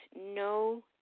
no